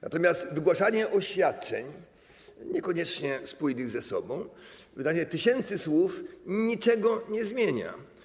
Natomiast wygłaszanie oświadczeń, niekoniecznie spójnych ze sobą, wypowiadanie tysięcy słów niczego nie zmienia.